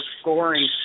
scoring